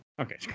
Okay